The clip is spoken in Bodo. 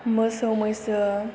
मोसौ मैसो